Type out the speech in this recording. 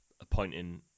appointing